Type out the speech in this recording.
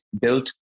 built